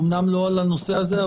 אומנם לא על הנושא הזה,